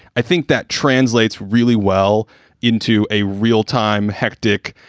i think that translates really well into a real time, hectic,